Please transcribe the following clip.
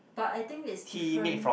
but I think it's different